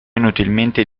inutilmente